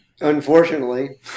Unfortunately